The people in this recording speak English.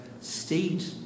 state